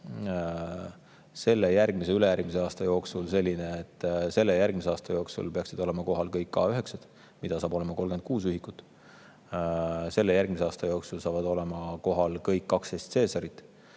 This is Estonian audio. selle, järgmise ja ülejärgmise aasta jooksul selline, et selle ja järgmise aasta jooksul peaksid olema kohal kõik K9-d, mida saab olema 36 ühikut. Selle ja järgmise aasta jooksul saavad olema kohal kõik 12 Caesarit.